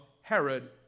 Herod